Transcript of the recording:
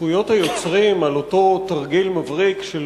שזכויות היוצרים על אותו תרגיל מבריק של